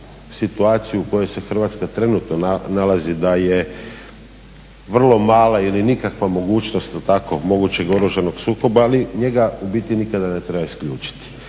situaciju u kojoj se Hrvatska trenutno nalazi, da je vrlo mala ili nikakva mogućnost do tako mogućeg oružanog sukoba, ali njega u biti nikada ne treba isključiti.